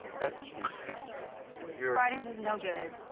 that's why you're fridays is no good.